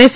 S